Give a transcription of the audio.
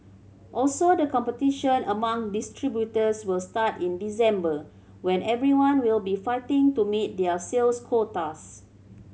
also the competition among distributors will start in December when everyone will be fighting to meet their sales quotas